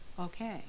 okay